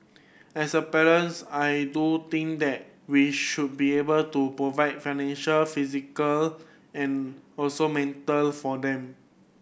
as a parent I do think that we should be able to provide financial physical and also mental for them